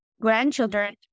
grandchildren